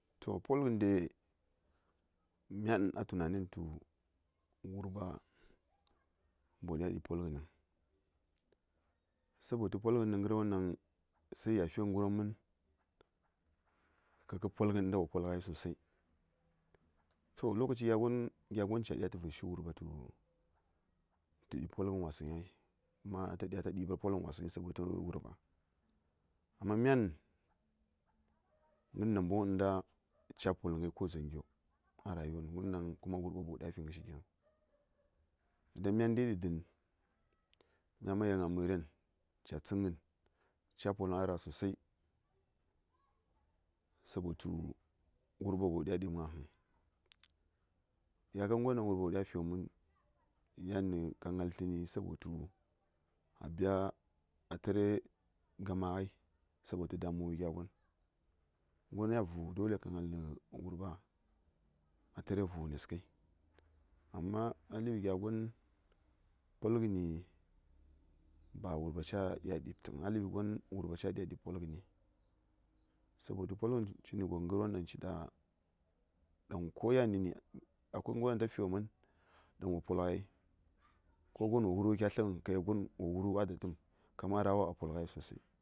To polgɚn de myan a tunanen tu wurɓa ba wo ɠya ɠib polgɚnɚn sabotu nɚ ngvrwon dang Saiya figɚ ngɚrwon mɚn ka kɚ polgɚn inda wo polgɚ ngai sosai. Kyan ma gərwon ɗaŋ mya su tə kyan ɗaŋni, ko yan nə ni ɗa wo fare, ko yan nə ni, ko ya man tu wo votkəi, nyol a ga:tə dəni mən, sli: ŋaghəni, gətə ɗa dəni. Don kya na̱ ɗa dəni, ka yel kyan ga'rwawo fu:ghai. Kya ndai ɗaŋ kə sughəɗi, kaman tu ra:wosa mbudni. Ləb ya slyai tə ɓəslndi, kya wul adduai kə shishi, cèt tə tu gərwon ɗaŋ kə na̱fi nayawoni, a na ndara nɗiya? Alu:ghən, ka yel wo zhubni, wo wulghə tu darling, zla longsə wai, ba ma yisən gərshi cik vəŋ, fi hakuri, ba ma man kara ɗaŋ. Ka yel kyan gərwa wo poltəghai, ya:n ma wo poltəghai. ka ga gin nə tsəngən wusəŋni.